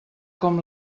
com